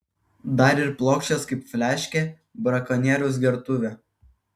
dar ir plokščias kaip fliaškė brakonieriaus gertuvė